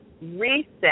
reset